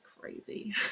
crazy